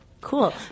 cool